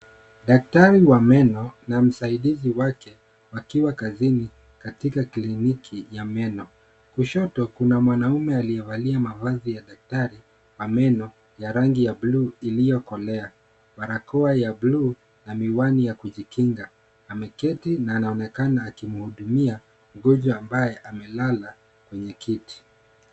Daktari wa meno na msaidizi wake wakiwa kazini katika kliniki ya meno. Kushoto kuna mwanaume aliyevalia mavazi ya daktari wa meno ya rangi ya buluu iliyokolea, barakoa ya buluu na miwani ya kujikinga. Ameketi na anaonekana akimhudumia mgonjwa ambaye amelala kwenye kiti.